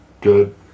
good